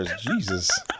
Jesus